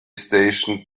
station